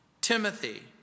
Timothy